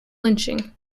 lynching